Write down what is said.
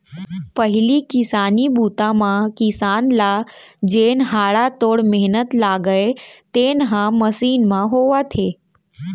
पहिली किसानी बूता म किसान ल जेन हाड़ा तोड़ मेहनत लागय तेन ह मसीन म होवत हे